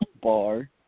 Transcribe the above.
bar